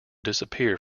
disappear